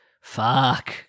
Fuck